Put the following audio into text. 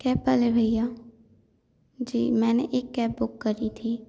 cab वाले भैया जी मैंने एक कैब बुक करी थी